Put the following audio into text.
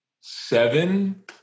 Seven